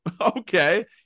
okay